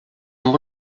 amb